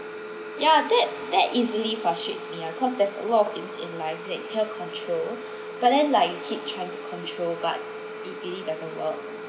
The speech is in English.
ya that that easily frustrates me ah cause there's a lot of things in life that you cannot control but then like you keep trying to control but it really doesn't work